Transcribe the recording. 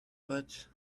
but